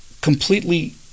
completely